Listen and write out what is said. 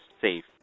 safe